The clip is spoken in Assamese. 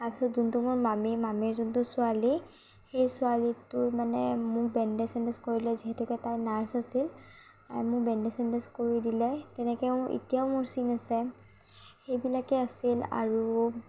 তাৰপিছত যোনটো মোৰ মামী মামীৰ যোনটো ছোৱালী সেই ছোৱালীটোৱে মানে মোক বেণ্ডেজ চেণ্ডেজ কৰিলে যিহেতুকে তাই নাৰ্ছ আছিল তাই মোৰ বেণ্ডেজ চেণ্ডেজ কৰি দিলে তেনেকৈ মোৰ এতিয়াও মোৰ চিন আছে সেইবিলাকে আছিল আৰু